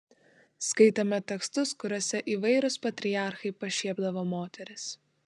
skaitėme tekstus kuriuose įvairūs patriarchai pašiepdavo moteris